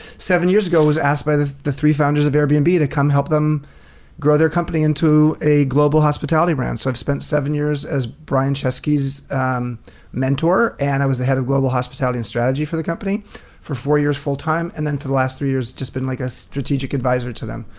seven years ago, was asked by the the three founders of airbnb and to come help them grow their company into a global hospitality brand. so, i've spent seven years as brian chesky's mentor and i was the head of global hospitality and strategy for the company for four years full time. and then for the last three years, just been like a strategic advisor to them.